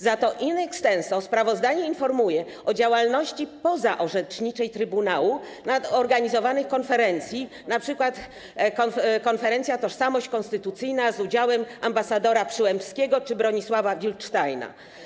Za to in extenso sprawozdanie informuje o działalności pozaorzeczniczej trybunału, o organizowanych konferencjach, np. o konferencji „Tożsamość konstytucyjna” z udziałem ambasadora Przyłębskiego czy Bronisława Wildsteina.